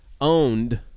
owned